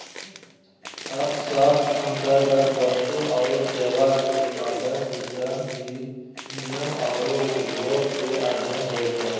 अर्थशास्त्र अन्तर्गत वस्तु औरो सेवा के उत्पादन, वितरण, विनिमय औरो उपभोग के अध्ययन होवो हइ